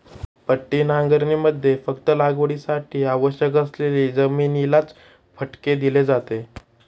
पट्टी नांगरणीमध्ये फक्त लागवडीसाठी आवश्यक असलेली जमिनीलाच फटके दिले जाते